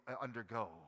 undergo